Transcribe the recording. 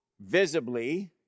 visibly